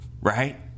right